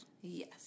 Yes